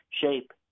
shape